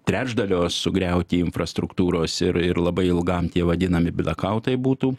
trečdalio sugriauti infrastruktūros ir ir labai ilgam tie vadinami bilakautai būtų